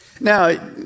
Now